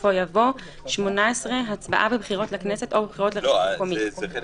בסופו יבוא: "(18)הצבעה בבחירות לכנסת או בבחירות לרשות